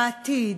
העתיד,